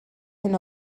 hyn